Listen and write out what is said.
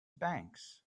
banks